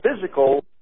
physical